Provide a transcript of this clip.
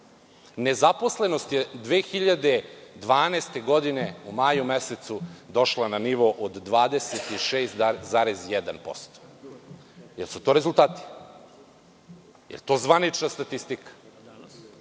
nezaposlenost je 2012. godine u maju mesecu došla na nivo od 26,1%. Da li su to rezultati? Da li je to zvanična statistika?